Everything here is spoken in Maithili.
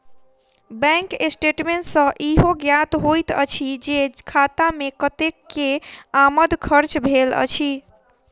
बैंक स्टेटमेंट सॅ ईहो ज्ञात होइत अछि जे खाता मे कतेक के आमद खर्च भेल अछि